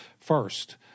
first